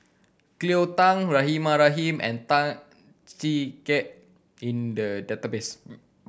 Cleo Thang Rahimah Rahim and Tan Chee Teck in the database